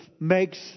makes